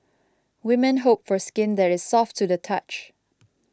women hope for skin that is soft to the touch